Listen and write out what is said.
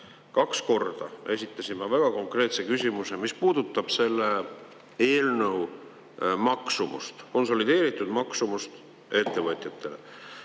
Kaks korda esitasin ma väga konkreetse küsimuse, mis puudutab selle eelnõu maksumust, konsolideeritud maksumust ettevõtjatele.